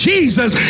Jesus